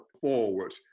forward